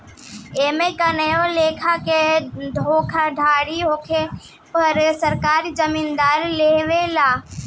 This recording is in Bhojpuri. एमे कवनो लेखा के धोखाधड़ी होखे पर सरकार जिम्मेदारी लेवे ले